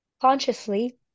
consciously